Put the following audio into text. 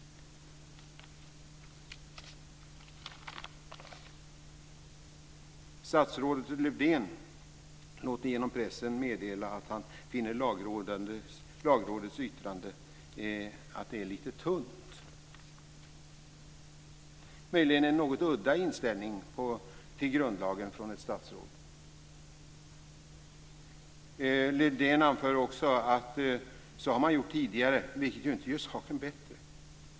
Statsrådet Lövdén låter genom pressen meddela att han finner Lagrådets yttrande lite tunt. Det är möjligen en något udda inställning till grundlagen från ett statsråd. Lövdén anför också att man har gjort så tidigare. Det gör inte saken bättre.